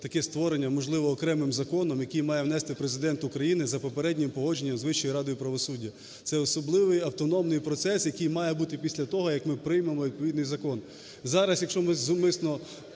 таке створення можливо окремим законом, який має внести Президент України за попереднім погодженням з Вищою радою правосуддя. Це особливий автономний процес, який має бути після того, як ми приймемо відповідний закон.